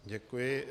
Děkuji.